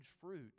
fruit